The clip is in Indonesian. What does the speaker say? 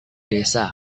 desa